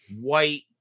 white